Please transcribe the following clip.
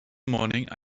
morning